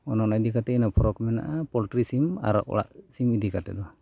ᱚᱱ ᱚᱱᱟ ᱤᱫᱤ ᱠᱟᱛᱮᱫ ᱤᱱᱟᱹ ᱯᱷᱚᱨᱚᱠ ᱢᱮᱱᱟᱜᱼᱟ ᱯᱳᱞᱴᱨᱤ ᱥᱤᱢ ᱟᱨ ᱚᱲᱟᱜ ᱥᱤᱢ ᱤᱫᱤ ᱠᱟᱮᱫ ᱫᱚ